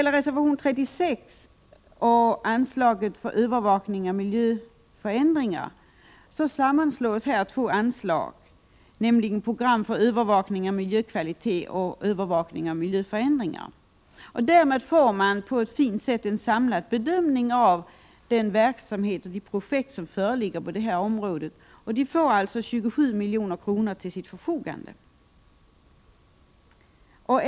Reservation 36 rör anslaget för övervakning av miljöförändringar. Här föreslår regeringen att två anslag sammanslås, nämligen Program för övervakning av miljökvalitet och Särskilda undersökningar på miljövårdsområdet. Därmed får man på ett fint sätt en samlad bedömning av den verksamhet och de projekt som föreligger på detta område. 27 milj.kr. ställs till förfogande för detta anslag.